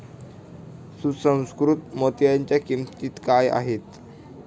सुसंस्कृत मोत्यांच्या किंमती काय आहेत